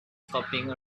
stopping